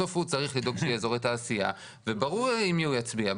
בסוף הוא צריך לדאוג שיהיה אזורי תעשייה וברור עם מי הוא יצביע.